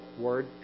word